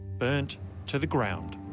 burnt to the ground.